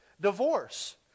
divorce